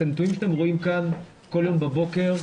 את הנתונים שאתם רואים כאן כל יום בבוקר,